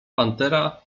pantera